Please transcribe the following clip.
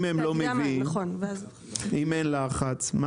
ואם אין לחץ?